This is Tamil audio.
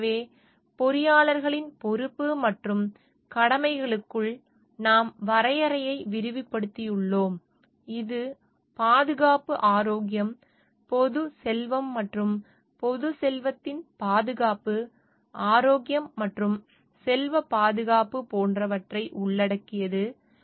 எனவே பொறியாளர்களின் பொறுப்பு மற்றும் கடமைகளுக்குள் நாம் வரையறையை விரிவுபடுத்தியுள்ளோம் இது பாதுகாப்பு ஆரோக்கியம் பொதுச் செல்வம் மற்றும் பொதுச் செல்வத்தின் பாதுகாப்பு ஆரோக்கியம் மற்றும் செல்வப் பாதுகாப்பு போன்றவற்றை உள்ளடக்கியது